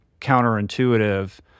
counterintuitive